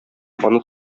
аны